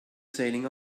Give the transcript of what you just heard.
sailing